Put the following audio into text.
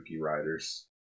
Riders